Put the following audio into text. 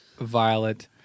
violet